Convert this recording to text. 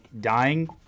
dying